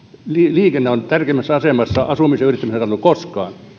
liikenne on tärkeämmässä asemassa asumisen ja yrittämisen kannalta kuin koskaan